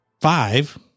Five